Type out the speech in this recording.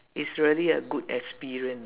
it's really a good experience